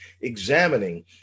examining